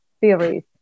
theories